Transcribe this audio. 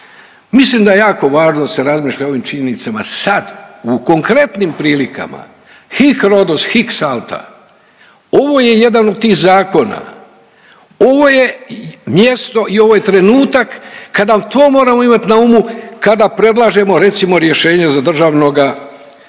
Mislim da je jako važno da se razmišlja o ovim činjenicama sad u konkretnim prilikama hic Rhodus, hic salta. Ovo je jedan od tih zakona, ovo je mjesto i ovo je trenutak kada to moramo imati na umu kada predlažemo recimo rješenje za državnoga,